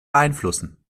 beeinflussen